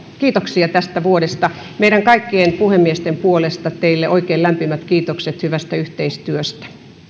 kiitoksia tästä vuodesta meidän kaikkien puhemiesten puolesta teille oikein lämpimät kiitokset hyvästä yhteistyöstä